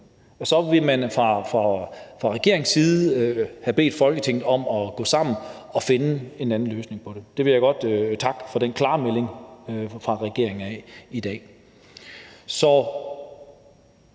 Og så ville man fra regeringens side have bedt Folketinget om at gå sammen og finde en anden løsning på det. Den klare melding fra regeringen i dag vil